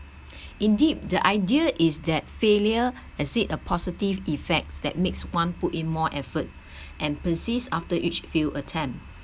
indeed the idea is that failure exit a positive effects that makes one put in more effort and persist after each feel attempt